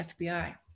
FBI